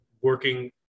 working